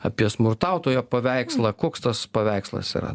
apie smurtautojo paveikslą koks tas paveikslas yra